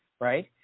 right